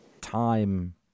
time